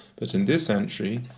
but in this entry,